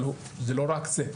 אבל זה לא רק זה,